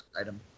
item